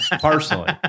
personally